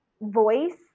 voice